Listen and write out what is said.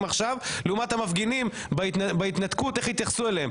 עכשיו לעומת המפגינים בהתנתקות ואיך התייחסו אליהם.